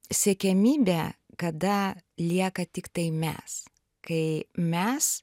siekiamybė kada lieka tiktai mes kai mes